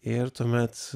ir tuomet